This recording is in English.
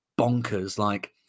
bonkers—like